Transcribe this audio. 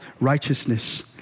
righteousness